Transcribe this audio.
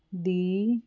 ਦੀ